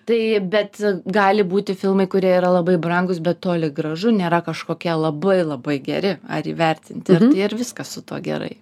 tai bet gali būti filmai kurie yra labai brangūs bet toli gražu nėra kažkokie labai labai geri ar įvertinti ir viskas su tuo gerai